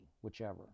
whichever